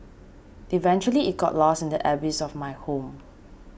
eventually it got lost in the abyss of my home